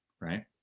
right